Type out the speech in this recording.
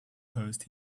post